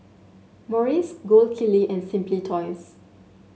Morries Gold Kili and Simply Toys